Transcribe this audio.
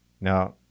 now